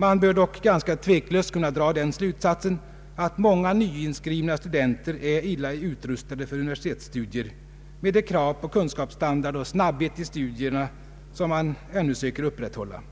Man bör dock ganska tveklöst kunna dra den slutsatsen att många nyinskrivna studenter är illa rustade för universitetsstudier med de krav på kunskapsstandard och snabbhet i studierna som man ännu söker upprätthålla.